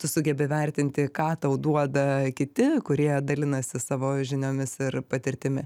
tu sugebi vertinti ką tau duoda kiti kurie dalinasi savo žiniomis ir patirtimi